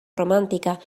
romántica